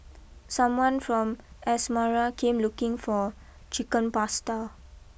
someone from Asmara came looking for Chicken Pasta